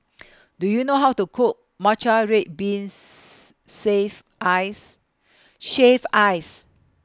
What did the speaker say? Do YOU know How to Cook Matcha Red Beans Save Ice Shaved Ice